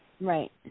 Right